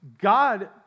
God